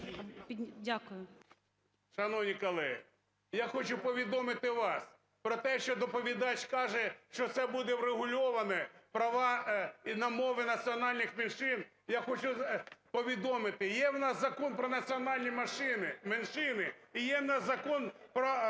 В.І. Шановні колеги, я хочу повідомити вас про те, що доповідач каже, що це буде врегульоване: права і мови національних меншин. Я хочу повідомити, є в нас Закон про національні меншини і є в нас Закон про